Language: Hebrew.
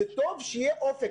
אבל זה טוב שיהיה אופק.